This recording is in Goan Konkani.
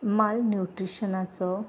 मालन्युट्रिशनाचो